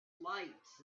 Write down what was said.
lights